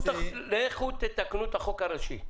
נכון, אבל למעשה --- לכו תתקנו את החוק הראשי.